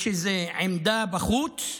יש איזו עמדה בחוץ.